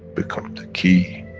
become the key,